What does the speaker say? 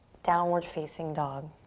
downward facing dog.